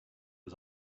was